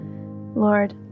Lord